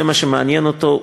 זה מה שמעניין אותו,